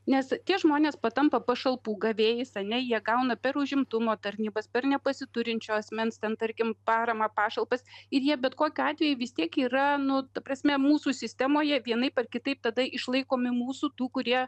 nes tie žmonės patampa pašalpų gavėjais ane jie gauna per užimtumo tarnybos per nepasiturinčio asmens ten tarkim paramą pašalpas ir jie bet kokiu atveju vis tiek yra nu ta prasme mūsų sistemoje vienaip ar kitaip tada išlaikomi mūsų tų kurie